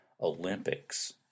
olympics